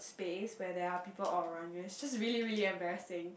space where there are people all around you it's just really really embarrassing